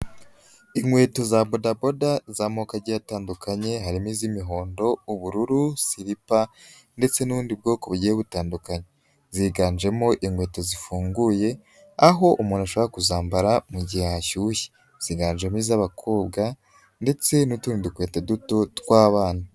Inkweto za bodaboda z'amoko agiye atandukanye harimo iz'imihondo, ubururu, siripa ndetse n'undi bwoko bugiye butandukanye, ziganjemo inkweto zifunguye aho umuntu ashobora kuzambara mu gihe hashyushye, ziganjemo iz'abakobwa ndetse n'utundi dukweto duto tw'abana.